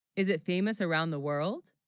is it famous around the world